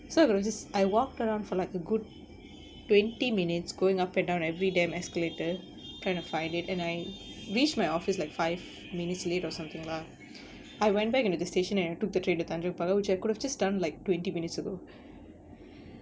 so I was just I walk around for like a good twenty minutes going up and down every damn escalator trying to find it and I reached my office like five minutes late or something lah I went back into the station and I took the train to tanjong pagar which I could have just done like twenty minutes ago